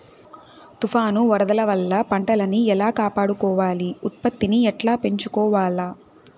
తుఫాను, వరదల వల్ల పంటలని ఎలా కాపాడుకోవాలి, ఉత్పత్తిని ఎట్లా పెంచుకోవాల?